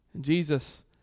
Jesus